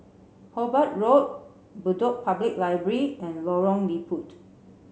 Hobart Road Bedok Public Library and Lorong Liput